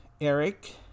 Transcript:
Eric